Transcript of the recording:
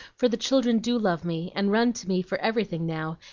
for the children do love me, and run to me for everything now,